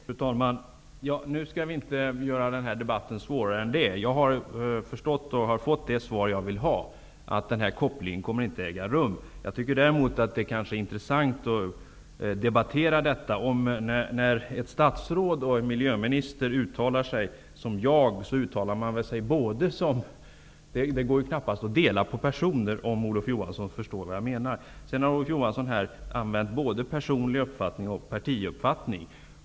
Fru talman! Nu skall vi inte göra den här debatten svårare än den är. Jag har fått det svar jag vill ha, nämligen att den här kopplingen inte kommer att äga rum. Däremot är det kanske intressant att debattera detta, att när ett statsråd och en miljöminister uttalar sig och säger ''jag'', uttalar han sig väl både som minister och som person. Det går ju knappast att dela på personer, om Olof Johansson förstår vad jag menar. Olof Johansson har här använt uttrycken personlig uppfattning och partiuppfattning.